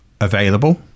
available